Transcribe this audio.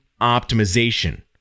optimization